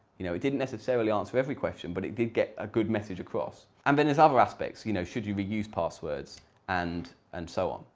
you know it didn't necessarily answer every question but it did get a good message across and then there's other aspects, you know, should you reuse passwords and and so on.